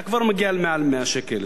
אתה כבר מגיע למעל 100 שקל.